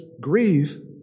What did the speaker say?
grieve